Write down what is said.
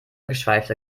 geschweifte